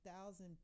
thousand